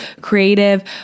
creative